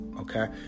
okay